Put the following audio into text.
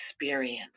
experience